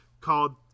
called